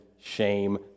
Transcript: shame